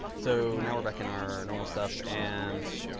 so now we're back in our normal stuff and